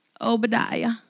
Obadiah